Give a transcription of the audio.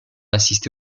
assisté